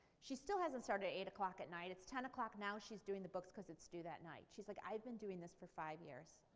she still hasn't started it at eight o'clock at night. it's ten o'clock now, she's doing the books because it's due that night. she's like i have been doing this for five years.